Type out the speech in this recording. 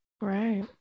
Right